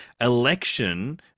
Election